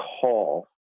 call